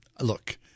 Look